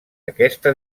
aquesta